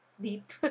deep